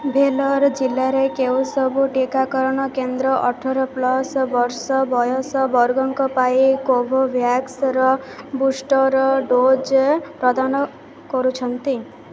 ଭେଲୋର ଜିଲ୍ଲାରେ କେଉଁ ସବୁ ଟିକାକରଣ କେନ୍ଦ୍ର ଅଠର ପ୍ଲସ୍ ବର୍ଷ ବୟସ ବର୍ଗଙ୍କ ପାଇଁ କୋଭୋଭ୍ୟାକ୍ସର ବୁଷ୍ଟର ଡୋଜ୍ ପ୍ରଦାନ କରୁଛନ୍ତି